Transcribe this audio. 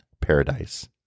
paradise